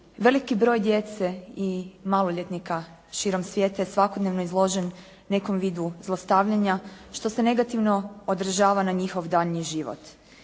Veliki broj djece i maloljetnika širom svijeta je svakodnevno izložen nekom vidu zlostavljanja, što se negativno odražava na njihov daljnji život.